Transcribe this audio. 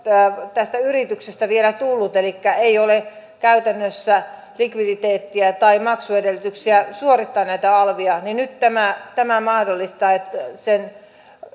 tästä yrityksestä vielä tullut elikkä ei ole käytännössä likviditeettiä tai maksuedellytyksiä suorittaa näitä alveja ja nyt tämä tämä mahdollistaa